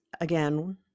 again